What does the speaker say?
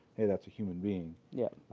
hey, that's a human being. yeah